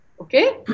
okay